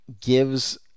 gives